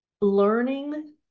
learning